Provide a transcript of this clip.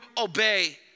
obey